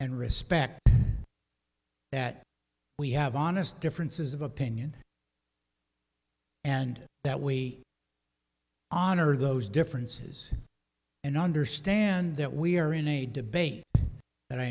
and respect that we have honest differences of opinion and that we honor those differences and understand that we are in a debate that i